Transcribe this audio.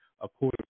according